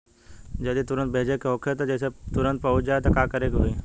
जदि तुरन्त भेजे के होखे जैसे तुरंत पहुँच जाए त का करे के होई?